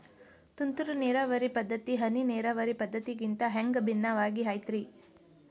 ತುಂತುರು ನೇರಾವರಿ ಪದ್ಧತಿ, ಹನಿ ನೇರಾವರಿ ಪದ್ಧತಿಗಿಂತ ಹ್ಯಾಂಗ ಭಿನ್ನವಾಗಿ ಐತ್ರಿ?